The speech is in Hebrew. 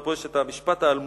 " ופה יש את המשפט האלמותי,